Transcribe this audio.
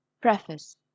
Preface